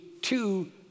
two